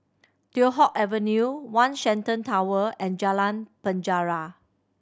Teow Hock Avenue One Shenton Tower and Jalan Penjara